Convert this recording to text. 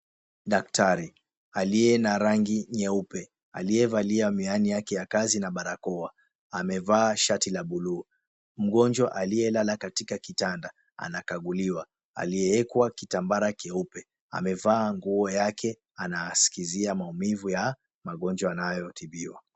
Daktari aliye na rangi nyeupe, aliyevalia miwani yake ya kazi na barakoa amevaa shati la bluu. Mgonjwa aliyelala katikati kitanda anakaaguliwa amewekewa kitambara keupe amevaa nguo yake anasikizia maumivu ya magonjwa yanayotibiwa.